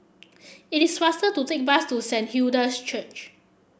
it is faster to take the bus to Saint Hilda's Church